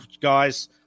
guys